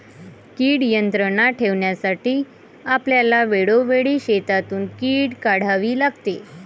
कीड नियंत्रणात ठेवण्यासाठी आपल्याला वेळोवेळी शेतातून कीड काढावी लागते